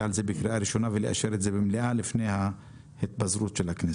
על זה בקריאה ראשונה ולאשר את זה במליאה לפני ההתפזרות של הכנסת.